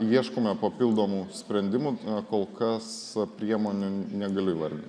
ieškome papildomų sprendimų kol kas priemonių negaliu įvardint